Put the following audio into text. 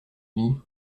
lit